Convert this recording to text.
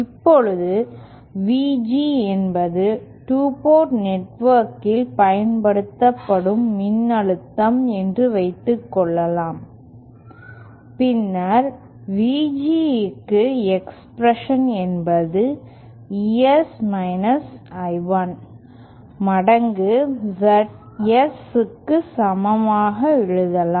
இப்போது VG என்பது 2 port நெட்வொர்க்கில் பயன்படுத்தப்படும் மின்னழுத்தம் என்று வைத்துக்கொள்வோம் பின்னர் VG க்கு எக்ஸ்பிரஷன் என்பது ES I1 மடங்கு ZS க்கு சமமாக எழுதலாம்